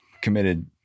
committed